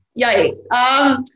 yikes